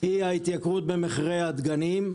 היא ההתייקרות במחירי הדגנים.